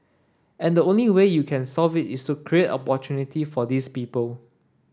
and the only way you can solve it is to create opportunity for these people